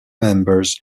members